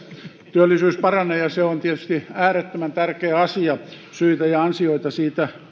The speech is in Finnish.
työllisyys paranee ja se on tietysti äärettömän tärkeä asia syitä ja ansioita siitä